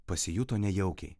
pasijuto nejaukiai